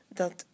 dat